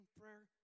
prayer